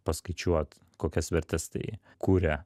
paskaičiuot kokias vertes tai kuria